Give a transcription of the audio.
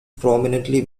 prominently